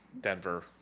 Denver